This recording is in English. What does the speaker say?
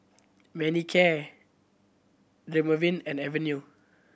Manicare Dermaveen and Avene